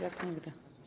Jak nigdy.